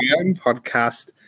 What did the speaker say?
podcast